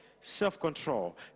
self-control